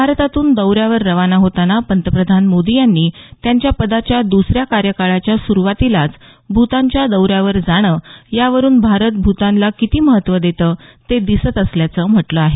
भारतातून दौऱ्यावर रवाना होताना पंतप्रधान मोदी यांनी त्यांच्या पदाच्या दुसऱ्या कार्यकाळाच्या सुरुवातीलाच भूतानच्या दौऱ्यावर जाणं यावरून भारत भूतानला किती महत्व देतं ते दिसत असल्याचं म्हटलं आहे